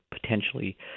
potentially